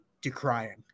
decrying